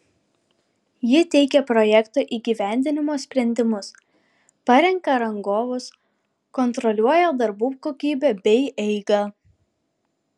ji teikia projekto įgyvendinimo sprendimus parenka rangovus kontroliuoja darbų kokybę bei eigą